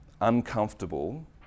uncomfortable